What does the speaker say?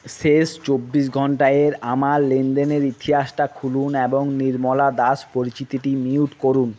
শেষ চব্বিশ ঘন্টা এর আমার লেনদেনের ইতিহাসটা খুলুন এবং নির্মলা দাস পরিচিতিটি মিউট করুন